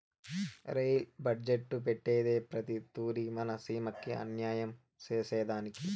rail budget పెట్టేదే ప్రతి తూరి మన సీమకి అన్యాయం సేసెదానికి